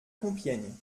compiègne